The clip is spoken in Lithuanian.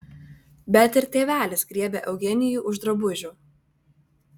bet ir tėvelis griebė eugenijų už drabužių